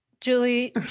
Julie